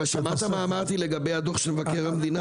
אבל שמעת מה אמרתי לגבי הדוח של מבקר המדינה?